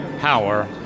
power